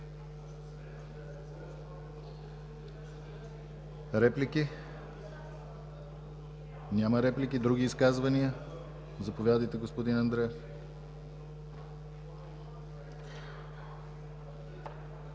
Реплики? Няма. Други изказвания? Заповядайте, господин Андреев.